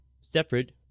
separate